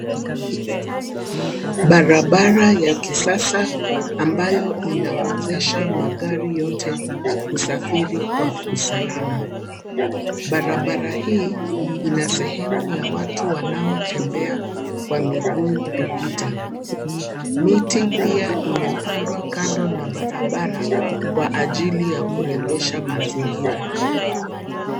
Barabara ya kisasa ambayo inawezesha magari yote kusafiri kwa usalama. Barabara hii ina sehemu ya watu wanaotembea kwa miguu kupita. Miti pia imepandwa kando na barabara kwa ajili ya kurembesha mazingira.